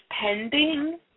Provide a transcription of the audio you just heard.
pending